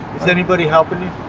is anybody helping you?